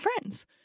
friends